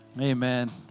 Amen